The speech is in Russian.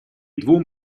двум